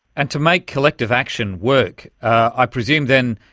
and to make collective action work, i presume, then,